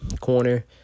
corner